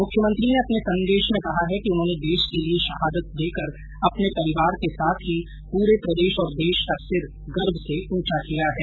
मुख्यमंत्री ने अपने संवेदना संदेश में कहा कि उन्होंने देश के लिए शहादत देकर अपने परिवार के साथ ही पूरे प्रदेश और देश का सिर गर्व से ऊंचा किया है